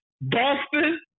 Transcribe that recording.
Boston